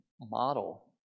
model